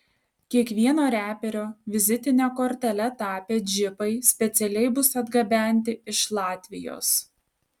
kiekvieno reperio vizitine kortele tapę džipai specialiai bus atgabenti iš latvijos